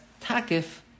takif